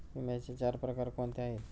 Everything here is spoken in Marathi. विम्याचे चार प्रकार कोणते आहेत?